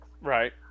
Right